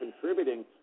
contributing